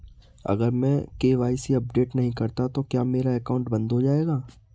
अगर मैं KYC update नहीं करता तो क्या मेरा अकाउंट बंद हो जाएगा?